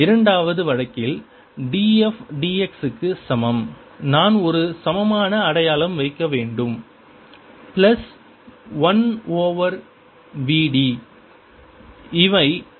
இரண்டாவது வழக்கில் df dx க்கு சமம் நான் ஒரு சமமான அடையாளம் வைக்க வேண்டும் பிளஸ் 1 ஓவர் v d